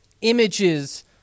images